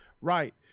right